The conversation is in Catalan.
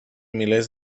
milers